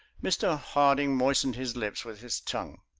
mr. harding moistened his lips with his tongue.